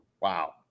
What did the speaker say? Wow